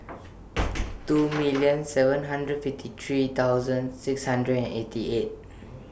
two million seven hundred fifty three thousand six hundred and eighty eight